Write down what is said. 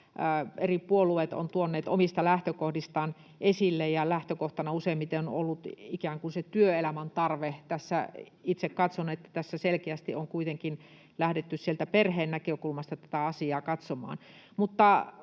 eri puolueet ovat tuoneet omista lähtökohdistaan esille ja joiden lähtökohtana useimmiten on ollut ikään kuin se työelämän tarve. Itse katson, että tässä selkeästi on kuitenkin lähdetty sieltä perheen näkökulmasta tätä asiaa katsomaan.